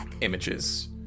Images